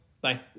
Bye